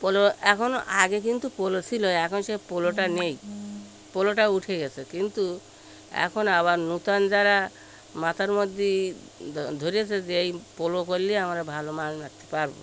পলো এখনও আগে কিন্তু পলো ছিল এখন সে পলোটা নেই পলোটা উঠে গিয়েছে কিন্তু এখন আবার নতুন যারা মাথার মধ্যেই ধরেছে যে এই পলো করলে আমরা ভালো মাছ মারতে পারব